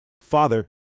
Father